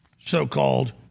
so-called